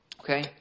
Okay